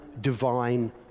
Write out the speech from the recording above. divine